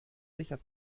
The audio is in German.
sicher